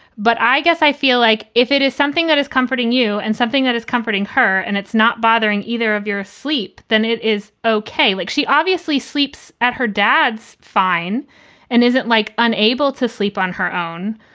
but i guess i feel like if it is something that is comforting you and something that is comforting her and it's not bothering either of your sleep, then it is ok. like, she obviously sleeps at her dad's fine and isn't like unable to sleep on her own.